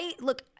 look